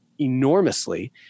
enormously